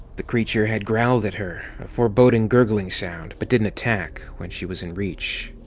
the creature had growled at her, a foreboding gurgling sound, but didn't attack when she was in reach.